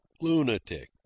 lunatic